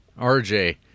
RJ